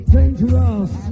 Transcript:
Dangerous